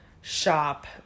shop